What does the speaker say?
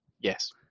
Yes